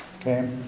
Okay